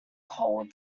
cold